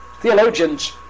Theologians